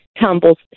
tumbles